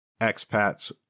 expats